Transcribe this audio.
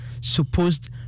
supposed